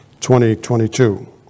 2022